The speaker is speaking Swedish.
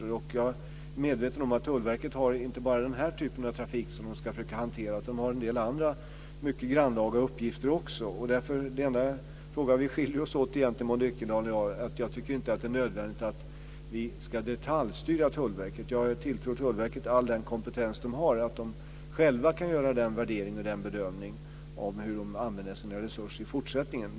Jag är medveten om att Tullverket inte bara har den här typen av trafik som de ska försöka hantera utan också en del andra mycket grannlaga uppgifter. Det enda avseende som Maud Ekendahl och jag skiljer oss åt är att jag inte tycker att det är nödvändigt att vi detaljstyr Tullverket. Jag tilltror Tullverket all den kompetens de har där, och jag tror att de själva kan värdera och bedöma hur resurserna ska användas i fortsättningen.